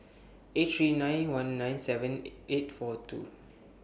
eight three nine one nine seven eight four two